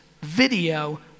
video